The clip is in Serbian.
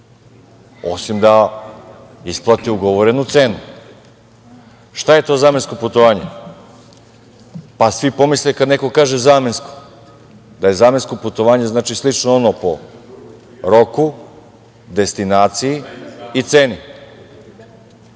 osim da isplati ugovorenu cenu. Šta je to zamensko putovanje? Pa svi pomisle kada neko kaže - zamensko, da je zamensko putovanje znači slično ono po roku, destinaciji i ceni